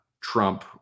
Trump